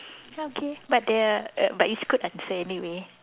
okay but there are err but it's good answer anyway